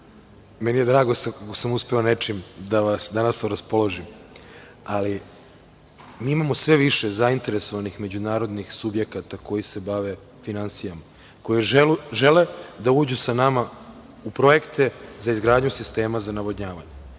mi je što sam uspeo nečim da vas danas oraspoložim, ali mi imamo sve više zainteresovanih među narodnih subjekata koji se bave finansijama, koji žele da uđu sa nama u projekte za izgradnju sistema za navodnjavanje,